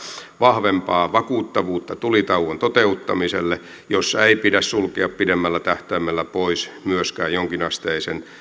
vahvempaa vakuuttavuutta tulitauon toteuttamiselle jossa ei pidä sulkea pidemmällä tähtäimellä pois myöskään jonkinasteisen